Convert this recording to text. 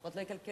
לפחות לא יקלקלו.